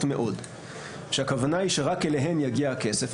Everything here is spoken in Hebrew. מאוד שהכוונה היא שרק אליהן יגיע הכסף,